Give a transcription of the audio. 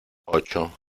ocho